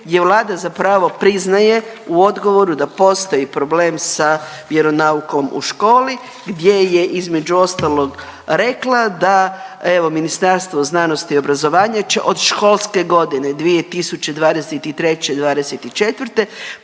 gdje Vlada zapravo priznaje u odgovoru da postoji problem sa vjeronaukom u školi gdje je između ostalog rekla da evo Ministarstvo znanosti i obrazovanja će od školske godine 2023/24